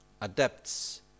adapts